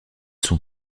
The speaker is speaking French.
sont